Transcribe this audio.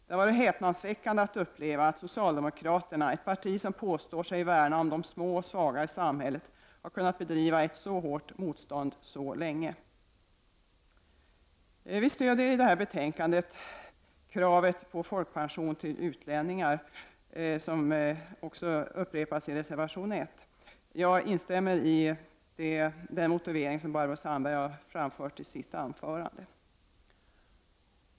Det har varit häpnadsväckande att uppleva att socialdemokraterna, som tillhör ett parti som påstår sig värna om de små och svaga i samhället, har kunnat driva ett så hårt motstånd så länge. Vi stödjer i detta betänkande kravet på folkpension till utlänningar, vilket upprepas i reservation 1. Jag instämmer i den motivering Barbro Sandberg framförde i sitt anförande.